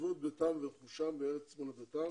עזבו את ביתם ורכושם בארץ מולדתם